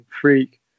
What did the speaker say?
freak